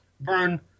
burn